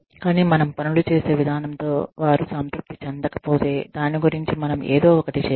కానీ మనం పనులు చేసే విధానం తో వారు సంతృప్తి చెందకపోతే దాని గురించి మనం ఏదో ఒకటి చేయాలి